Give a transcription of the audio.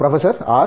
professor R